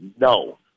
No